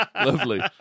lovely